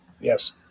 Yes